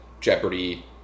Jeopardy